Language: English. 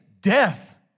death